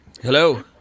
Hello